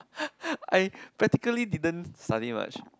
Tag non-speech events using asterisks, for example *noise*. *laughs* I practically didn't study much